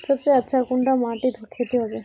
सबसे अच्छा कुंडा माटित खेती होचे?